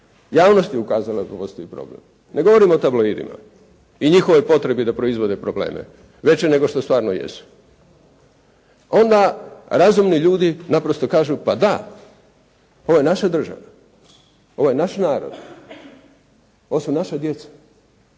Javnost je ukazala da postoji problem. Ne govorim o tabloidima i njihovoj potrebi da proizvode probleme veće nego što stvarno jesu. Onda razumni ljudi naprosto kažu pa da, ovo je naša država, ovo je naš narod, ovo su naša djeca.